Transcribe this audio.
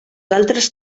altres